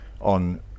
on